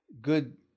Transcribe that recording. good